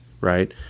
right